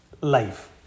life